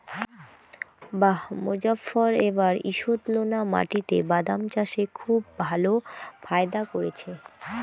বাঃ মোজফ্ফর এবার ঈষৎলোনা মাটিতে বাদাম চাষে খুব ভালো ফায়দা করেছে